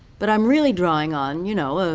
but i'm really drawing on, you know,